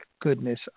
goodness